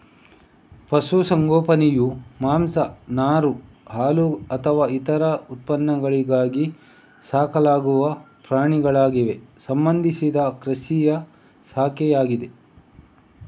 ಪಶು ಸಂಗೋಪನೆಯು ಮಾಂಸ, ನಾರು, ಹಾಲುಅಥವಾ ಇತರ ಉತ್ಪನ್ನಗಳಿಗಾಗಿ ಸಾಕಲಾಗುವ ಪ್ರಾಣಿಗಳಿಗೆ ಸಂಬಂಧಿಸಿದ ಕೃಷಿಯ ಶಾಖೆಯಾಗಿದೆ